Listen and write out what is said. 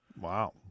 Wow